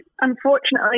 unfortunately